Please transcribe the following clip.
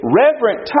reverent